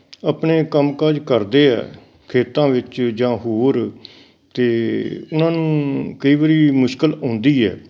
ਆਪਣੇ ਕੰਮ ਕਾਜ ਕਰਦੇ ਹੈ ਖੇਤਾਂ ਵਿੱਚ ਜਾਂ ਹੋਰ ਅਤੇ ਉਹਨਾਂ ਨੂੰ ਕਈ ਵਾਰੀ ਮੁਸ਼ਕਲ ਆਉਂਦੀ ਹੈ